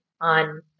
on